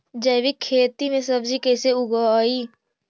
जैविक खेती में सब्जी कैसे उगइअई?